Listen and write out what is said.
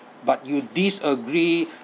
but you disagree